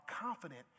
confident